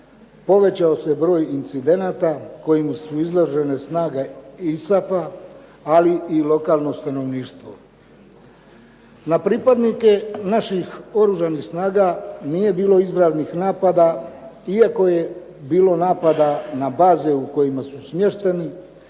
Povećao se broj incidenata kojemu su izložene snage ISAF-a ali i lokalno stanovništvo. Na pripadnike naših Oružanih snaga nije bilo izravnih napada iako je bilo napada na baze u kojima su smješteni